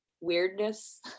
weirdness